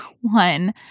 one